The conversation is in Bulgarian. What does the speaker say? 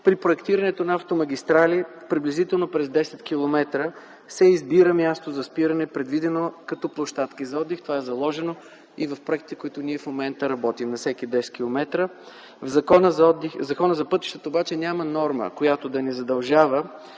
При проектирането на автомагистрали приблизително през 10 километра се избира място за спиране, предвидено като площадки за отдих. Това е заложено и в проектите, които ние в момента работим. Законът за пътищата обаче не съдържа норма, която да ни задължава